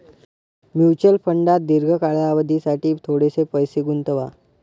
mutual फंडात दीर्घ कालावधीसाठी थोडेसे पैसे गुंतवा